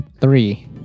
Three